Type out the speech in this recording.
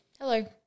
Hello